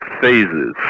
phases